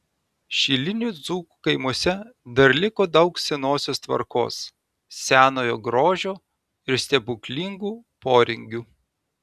šilinių dzūkų kaimuose dar liko daug senosios tvarkos senojo grožio ir stebuklingų poringių